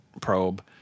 probe